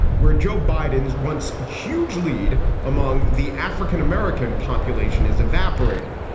where joe biden's once huge lead among the african-american population is evaporating.